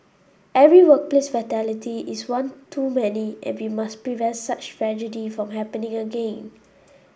every workplace fatality is one too many and we must prevent such tragedy from happening again